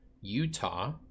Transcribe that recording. Utah